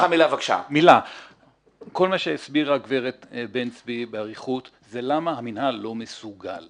כל מה שהסבירה הגברת בן צבי באריכות זה למה המינהל לא מסוגל.